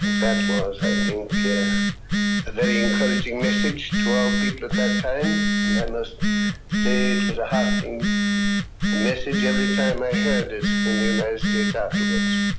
that was i think a very encouraging message to our people at that time and i must say it was a heartening ah message every time i heard it in the united states afterwards.